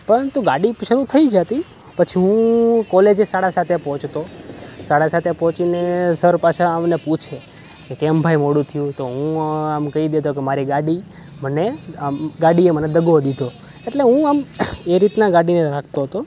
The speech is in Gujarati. પરંતુ ગાડી પછી તો થઈ જતી પછી હું કોલેજે સાડા સાતે પહોંચતો સાડા સાતે પહોંચીને સર પાછા અમને પૂછે કે કેમ ભાઈ મોડું થયું તો હું આમ કહી દેતો કે મારી ગાડી મને આમ ગાડીએ મને દગો દીધો એટલે હું આમ એ રીતના ગાડી રાખતો હતો